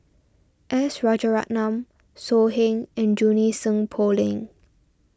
S Rajaratnam So Heng and Junie Sng Poh Leng